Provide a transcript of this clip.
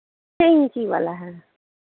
छः इंची वाला है